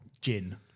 Gin